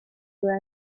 due